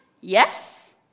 Yes